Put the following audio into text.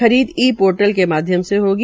खरीद e portal के माध्यम से होगी